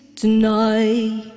tonight